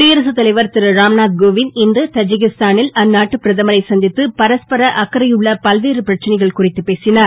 குடியரசு தலைவர் திரு ராம்நாத் கோவிந்த் இன்று ததிகிஸ்தானில் அந்நாட்டு பிரதமரை சந்தித்து பரஸ்பர அக்கறையுள்ள பல்வேறு பிரச்சனைகள் குறித்து பேசினார்